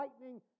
lightning